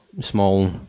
small